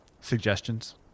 suggestions